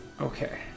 okay